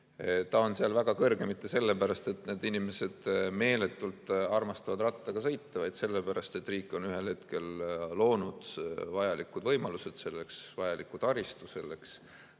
See on seal väga kõrge mitte sellepärast, et need inimesed meeletult armastavad rattaga sõita, vaid sellepärast, et riik on ühel hetkel loonud selleks vajalikud võimalused, vajaliku taristu. Koos